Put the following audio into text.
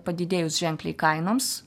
padidėjus ženkliai kainoms